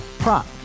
Prop